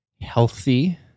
healthy